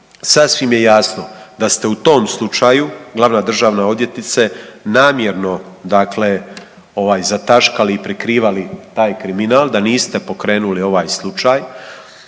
sasvim je jasno da ste u tom slučaju glavna državna odvjetnice namjerno zataškali i prikrivali taj kriminal, da niste pokrenuli ovaj slučaj,